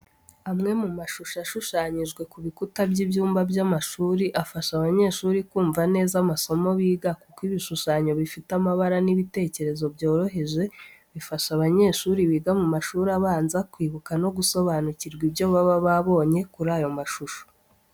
Amwe mu mashusho ashushanyijwe ku bikuta by'ibyumba by'amashuri, afasha abanyeshuri kumva neza amasomo biga kuko ibishushanyo bifite amabara n'ibitekerezo byoroheje, bifasha abanyeshuri biga mu mashuri abanza kwibuka no gusobanukirwa ibyo baba babonye kuri ayo mashusho.